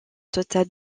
totale